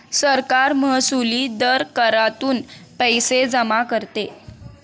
सरकार महसुली दर करातून पैसे जमा करते